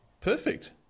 Perfect